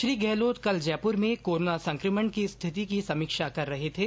श्री गहलोत कल जयपूर में कोरोना संक्रमण की स्थिति की समीक्षा कर रहे थे